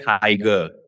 tiger